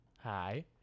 hi